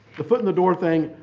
the foot in the door thing,